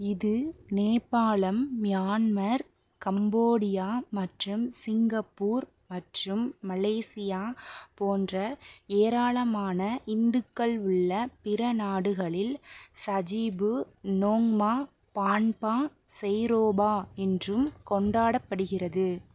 இது நேபாளம் Myanmar Cambodia மற்றும் சிங்கப்பூர் மற்றும் மலேசியா போன்ற ஏராளமான இந்துக்கள் உள்ள பிற நாடுகளில் சஜிபு நோங்மா பான்பா செய்ரோபா என்றும் கொண்டாடப்படுகிறது